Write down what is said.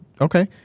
okay